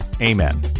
Amen